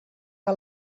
que